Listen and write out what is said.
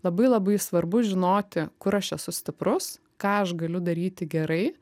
labai labai svarbu žinoti kur aš esu stiprus ką aš galiu daryti gerai